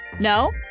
No